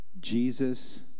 Jesus